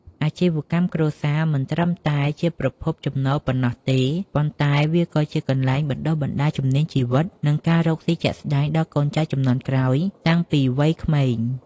អាជីវកម្មគ្រួសារមិនត្រឹមតែជាប្រភពចំណូលប៉ុណ្ណោះទេ ប៉ុន្តែវាក៏ជាកន្លែងបណ្ដុះបណ្ដាលជំនាញជីវិត និងការរកស៊ីជាក់ស្ដែងដល់កូនចៅជំនាន់ក្រោយតាំងពីវ័យក្មេង។